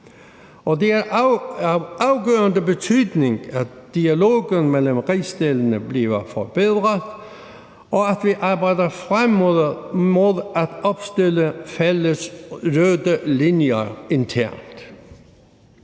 Det er af afgørende betydning, at dialogen mellem rigsdelene bliver forbedret, og at vi arbejder frem mod at opstille fælles røde linjer internt.